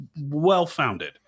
well-founded